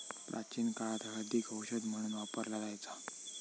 प्राचीन काळात हळदीक औषध म्हणून वापरला जायचा